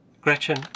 Gretchen